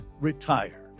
Retire